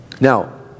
Now